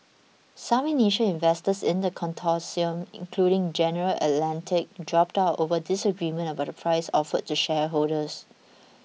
some initial investors in the consortium including General Atlantic dropped out over disagreement about the price offered to shareholders